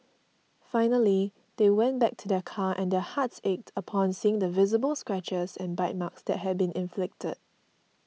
finally they went back to their car and their hearts ached upon seeing the visible scratches and bite marks that had been inflicted